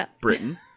Britain